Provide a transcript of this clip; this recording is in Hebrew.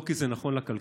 לא כי זה נכון לכלכלה,